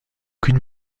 aucune